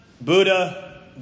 Buddha